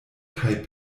kaj